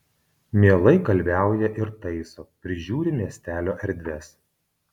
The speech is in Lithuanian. mielai kalviauja ir taiso prižiūri miestelio erdves